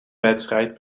wedstrijd